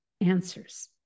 answers